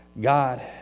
God